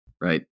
right